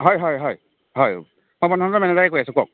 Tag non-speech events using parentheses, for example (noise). হয় হয় হয় হয় সৰ্বানন্দ (unintelligible) কৈ আছোঁ কওক